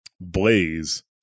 blaze